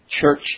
church